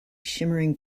shimmering